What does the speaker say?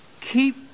Keep